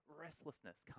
restlessness